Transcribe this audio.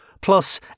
plus